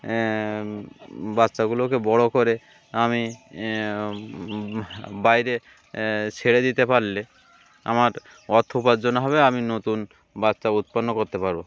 বাচ্চাগুলোকে বড়ো করে আমি বাইরে ছেড়ে দিতে পারলে আমার অর্থ উপার্জন হবে আমি নতুন বাচ্চা উৎপন্ন করতে পারব